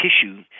tissue